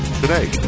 today